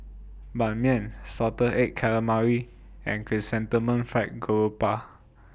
Ban Mian Salted Egg Calamari and Chrysanthemum Fried Garoupa